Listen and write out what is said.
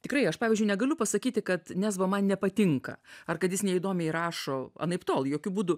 tikrai aš pavyzdžiui negaliu pasakyti kad nesbo man nepatinka ar kad jis neįdomiai rašo anaiptol jokiu būdu